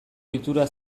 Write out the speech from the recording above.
ohitura